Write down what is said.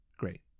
Great